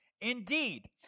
Indeed